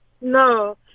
No